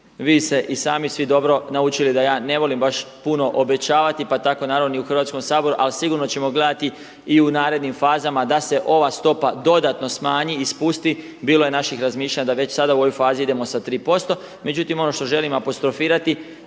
Vi ste i sami svi dobro naučili da ja ne volim baš puno obećavati, pa tako ni u Hrvatskom saboru. Ali sigurno ćemo gledati i u narednim fazama da se ova stopa dodatno smanji i spusti. Bilo je naših razmišljanja da već sada u ovoj fazi idemo sa 3%. Međutim, ono što želim apostrofirati